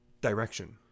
direction